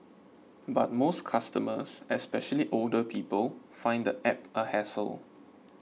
but most customers especially older people find the app a hassle